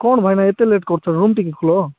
କ'ଣ ଭାଇନା ଏତେ ଲେଟ୍ କରୁଛ ରୁମ୍ ଟିକେ ଖୋଲ